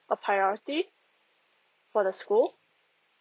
a priority for the school